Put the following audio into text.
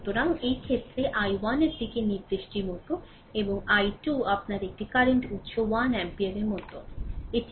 সুতরাং এই ক্ষেত্রে i 1 এর দিক নির্দেশটি এর মতো এবং i2 আপনার একটি কারেন্ট উত্স 1 এমপিয়ার এর মতো